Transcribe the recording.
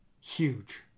Huge